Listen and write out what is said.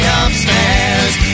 upstairs